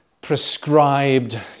prescribed